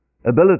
ability